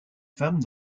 femmes